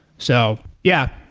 so, yeah,